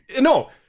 No